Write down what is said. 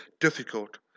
difficult